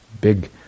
big